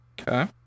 Okay